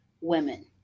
women